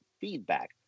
feedback